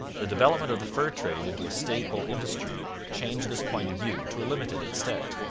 the development of the fur trade into a staple industry changed this point of view to a limited extent.